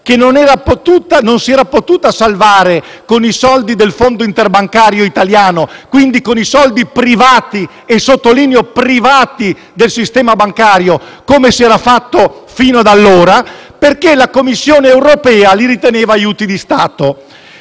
che non si era potuta salvare con i soldi del Fondo interbancario (e quindi con i soldi privati - lo sottolineo - del sistema bancario), come si era fatto fino ad allora, perché la Commissione europea li riteneva aiuti di Stato.